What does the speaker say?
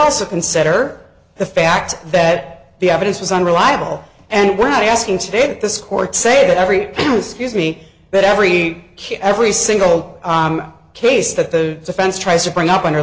also consider the fact that the evidence was unreliable and we're not asking today in this court say that every excuse me but every kid every single case that the defense tries to bring up in your